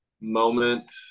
moment